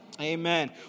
Amen